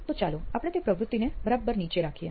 તો ચાલો આપણે તે પ્રવૃત્તિને બરાબર નીચે રાખીએ